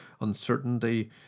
uncertainty